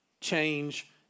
change